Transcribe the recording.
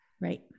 Right